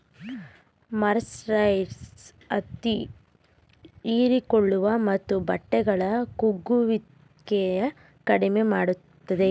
mercerised ಹತ್ತಿ ಹೀರಿಕೊಳ್ಳುವ ಮತ್ತು ಬಟ್ಟೆಗಳ ಕುಗ್ಗುವಿಕೆನ ಕಡಿಮೆ ಮಾಡ್ತದೆ